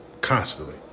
constantly